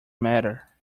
matter